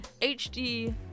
HD